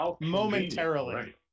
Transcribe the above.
momentarily